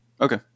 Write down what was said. Okay